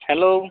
hello